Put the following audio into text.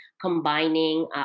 combining